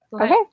Okay